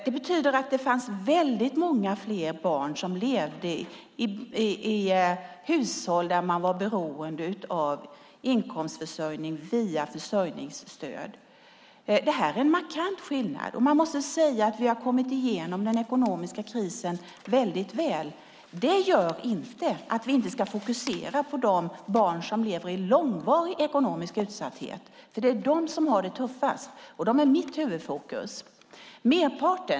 Det betyder att det då fanns många fler barn som levde i hushåll där man var beroende av inkomstförsörjning via försörjningsstöd. Detta är en markant skillnad. Man måste säga att vi har kommit igenom den ekonomiska krisen väldigt väl. Det gör inte att vi inte ska fokusera på de barn som lever i långvarig ekonomisk utsatthet, för det är de som har det tuffast, och de är mitt huvudfokus.